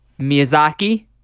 Miyazaki